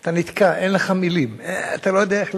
שאתה נתקע, אין לך מלים, אתה לא יודע איך להגיב.